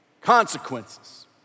Consequences